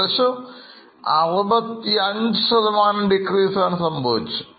ഏകദേശം65 decrease ആണ് സംഭവിച്ചത്